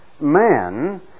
man